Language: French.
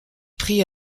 pris